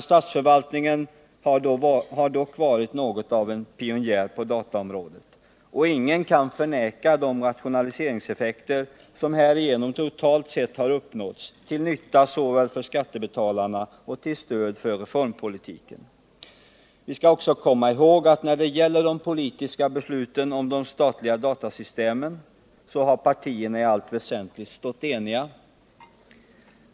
Statsförvaltningen har dock varit något av en pionjär på dataområdet, och ingen kan förneka de rationaliseringseffekter som härigenom totalt sett har uppnåtts, till nytta för skattebetalarna och till stöd för reformpolitiken. Vi skall också komma ihåg att när det gäller de politiska besluten om de statliga datasystemen har partierna i allt väsentligt stått eniga.